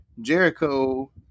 Jericho